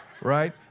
right